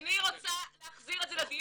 אני רוצה להחזיר את זה לדיון.